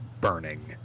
burning